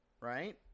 Right